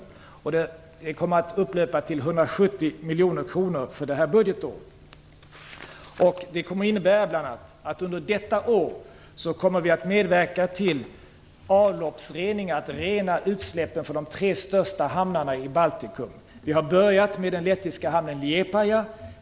Stödet till den kommer att upplöpa till 170 miljoner kronor för det här budgetåret. Det kommer bl.a. att innebära att vi under detta år kommer att medverka till rening av utsläppen från de tre största hamnarna i Baltikum. Vi har börjat med den lettiska hamnen Liepãja.